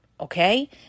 okay